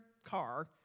car